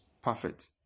perfect